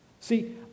See